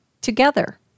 together